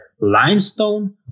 limestone